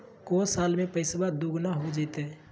को साल में पैसबा दुगना हो जयते?